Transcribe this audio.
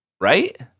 Right